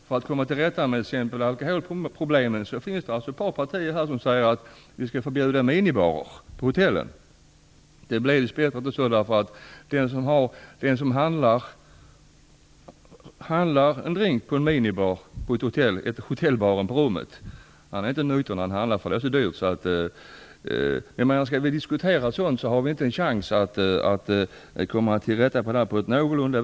För att komma till rätta exempelvis med alkoholproblemen finns det ett par partier här som säger att vi skall förbjuda minibarer på hotellen. Det blev, dess bättre, inte så. För den som handlar en drink från hotellbaren på hotellrummet blir det för dyrt. Skall vi diskutera i sådana banor har vi inte en chans att någorlunda komma till rätta med detta.